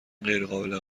غیرقابل